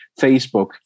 Facebook